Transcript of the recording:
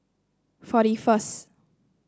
forty first